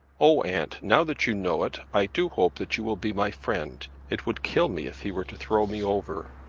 oh, aunt, now that you know it i do hope that you will be my friend. it would kill me if he were to throw me over.